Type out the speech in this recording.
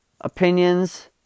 opinions